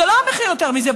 זה לא מחיר יותר מזה.